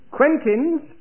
Quentin's